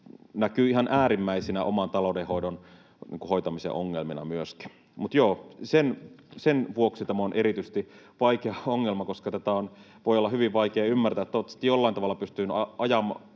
näkyvät ihan äärimmäisinä oman taloudenhoidon ongelmina myöskin. Sen vuoksi tämä on erityisesti vaikea ongelma, koska tätä voi olla hyvin vaikea ymmärtää. Toivottavasti jollain tavalla pystyin avaamaan